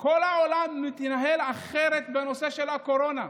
כל העולם מתנהל אחרת בנושא של הקורונה,